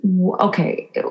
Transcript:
Okay